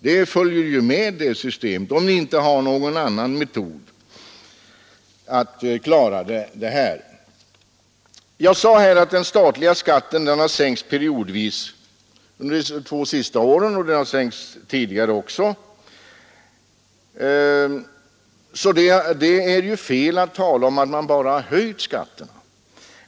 Det följer med det systemet, om ni inte har någon annan metod att klara saken. Jag sade att den statliga skatten har sänkts periodvis under de två senaste åren och också tidigare. Det är alltså fel att tala om att man bara har höjt skatterna.